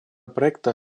проекта